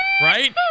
right